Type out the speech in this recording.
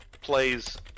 plays